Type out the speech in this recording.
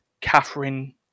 Catherine